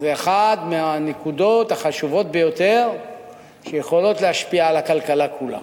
זו אחת מהנקודות החשובות ביותר שיכולות להשפיע על הכלכלה כולה.